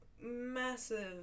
massive